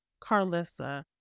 Carlissa